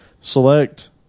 select